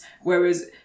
whereas